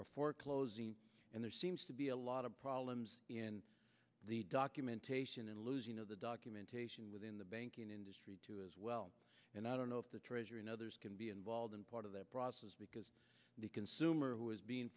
are foreclosing and there seems to be a lot of problems in the documentation and lose you know the documentation within the banking industry too as well and i don't know if the treasury and others can be involved in part of that process because the consumer who is being